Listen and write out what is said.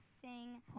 sing